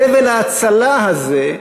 חבל ההצלה הזה,